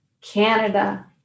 Canada